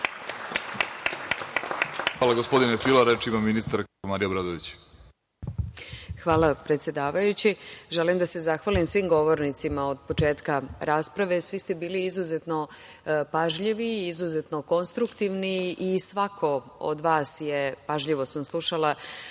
Marija Obradović. Izvolite. **Marija Obradović** Hvala, predsedavajući. Želim da se zahvalim svim govornicima od početka rasprave. Svi ste bili izuzetno pažljivi i izuzetno konstruktivni i svako od vas je, pažljivo sam slušala,